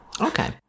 Okay